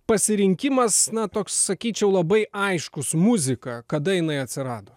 pasirinkimas na toks sakyčiau labai aiškus muzika kada jinai atsirado